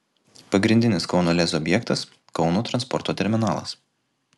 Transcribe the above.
pagrindinis kauno lez objektas kauno transporto terminalas